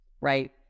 right